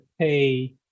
pay